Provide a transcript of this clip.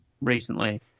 recently